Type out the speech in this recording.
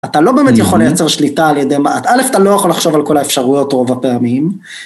אתה לא באמת יכול לייצר שליטה על ידי מה, א' אתה לא יכול לחשוב על כל האפשרויות רוב הפעמים.